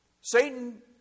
Satan